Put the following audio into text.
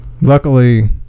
luckily